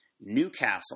Newcastle